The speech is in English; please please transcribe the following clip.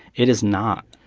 it is not.